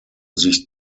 sich